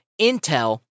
intel